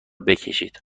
بکشید